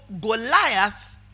Goliath